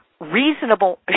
reasonable